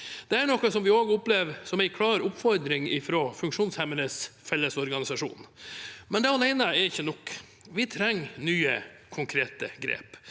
Det er noe vi også opplever som en klar oppfordring fra Funksjonshemmedes Fellesorganisasjon. Men det alene er ikke nok. Vi trenger nye, konkrete grep.